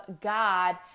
God